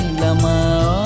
lamao